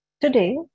today